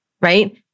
right